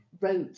wrote